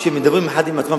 חברי הכנסת חנא סוייד,